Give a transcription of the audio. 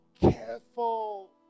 careful